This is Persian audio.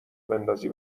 بندازی